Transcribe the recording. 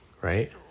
right